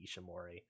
Ishimori